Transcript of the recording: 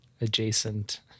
adjacent